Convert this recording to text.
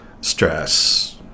stress